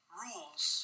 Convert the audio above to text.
rules